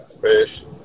fish